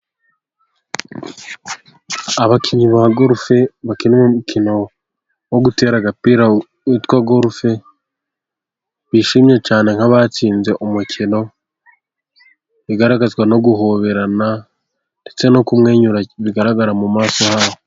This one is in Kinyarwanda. Abakinnyi ba gorufe bakina umukino wo gutera agapira witwa gorufe, bishimye cyane nk'abatsinze umukino, bigaragazwa no guhoberana, ndetse no kumwenyura bigaragara mu maso yabo.